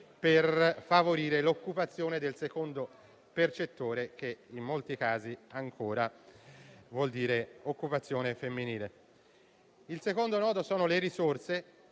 per favorirne l'occupazione, dato che in molti casi ancora vuol dire occupazione femminile. Il secondo nodo sono le risorse: